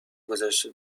گدشته